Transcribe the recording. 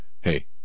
hey